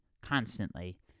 constantly